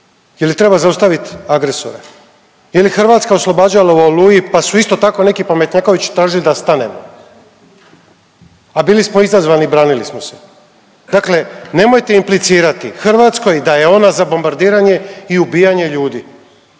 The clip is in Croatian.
je li treba zaustavit agresora. Je li Hrvatska oslobađala u Oluji pa su isto tako neki pametnjakovići tražili da stanemo, a bili smo izazvani i branili smo se. Dakle, nemojte implicirati Hrvatskoj da je ona za bombardiranje i ubijanje ljudi.